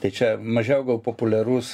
tai čia mažiau gal populiarus